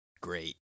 great